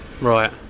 Right